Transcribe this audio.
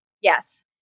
Yes